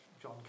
John